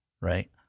Right